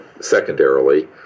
secondarily